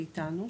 היא "איתנו",